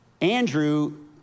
Andrew